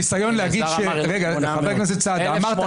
הניסיון להגיד --- אלעזר אמר 1,800. "1,800" נאמר בוועדה.